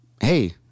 hey